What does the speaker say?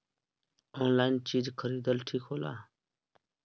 Online चीज खरीदल ठिक होला?